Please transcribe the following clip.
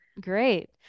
Great